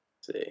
See